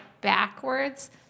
backwards